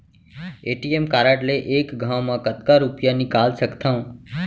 ATM card ले एक घव म कतका रुपिया निकाल सकथव?